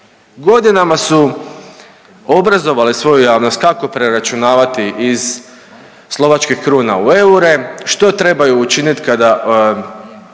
Godinama su obrazovali svoju javnost kako preračunavati iz slovačkih kruna u eure, što trebaju učiniti kada